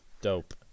Dope